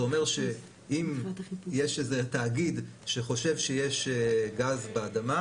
זה אומר שאם יש איזה תאגיד שחושב שיש גז באדמה,